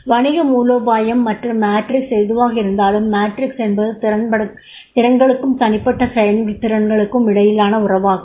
வணிக மூலோபாயம் மற்றும் மேட்ரிக்ஸ் எதுவாக இருந்தாலும் மேட்ரிக்ஸ் என்பது திறன்களுக்கும் தனிப்பட்ட செயல்திறனுக்கும் இடையிலான உறவாகும்